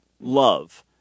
love